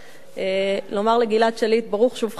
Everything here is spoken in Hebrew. ולומר לגלעד שליט: ברוך שובך לארץ.